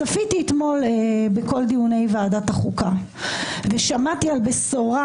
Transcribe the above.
צפיתי אתמול בכל דיוני ועדת החוקה ושמעתי על בשורה